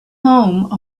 home